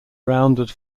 rounded